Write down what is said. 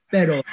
Pero